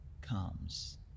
comes